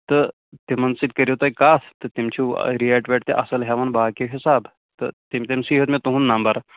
تہٕ تِمَن سۭتۍ کٔریُو تُہۍ کَتھ تہٕ تِم چھُو ریٹ ویٹ تہِ اَصٕل ہٮ۪وان باقِیو حساب تہٕ تِم تٔمۍ سٕے ہیوٚت مےٚ تُہٕنٛد نمبر